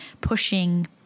pushing